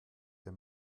der